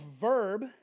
verb